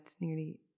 nearly